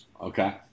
Okay